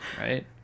right